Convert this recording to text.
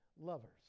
lovers